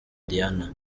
diana